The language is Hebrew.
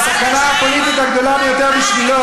הרי הסכנה הפוליטית הגדולה ביותר בשבילו